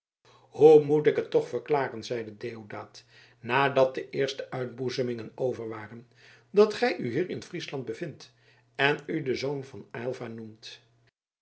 hoe moet ik het toch verklaren zeide deodaat nadat de eerste uitboezemingen over waren dat gij u hier in friesland bevindt en u den zoon van aylva noemt